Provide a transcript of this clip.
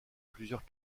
plusieurs